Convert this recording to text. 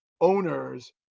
owners